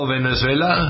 Venezuela